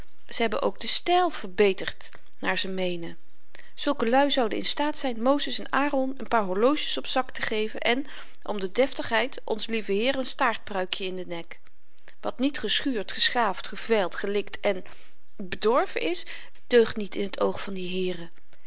ze hebben ook den styl verbeterd naar ze meenen zulke lui zouden in staat zyn mozes en aäron n paar horloges op zak te geven en om de deftigheid onzen lieven heer n staart pruikjen in den nek wat niet geschuurd geschaafd gevyld gelikt en bedorven is deugt niet in het oog van die heeren